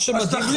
תחליטו.